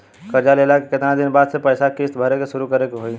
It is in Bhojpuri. कर्जा लेला के केतना दिन बाद से पैसा किश्त भरे के शुरू करे के होई?